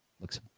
looks